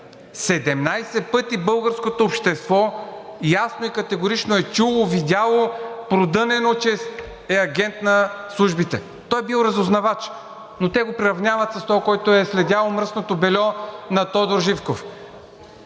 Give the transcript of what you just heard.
17 пъти българското общество ясно и категорично е чуло, видяло, продънено е, че е агент на службите. Той е бил разузнавач, но те го приравняват с този, който следял мръсното бельо на Тодор Живков.